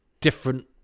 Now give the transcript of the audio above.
different